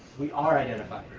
we are identified.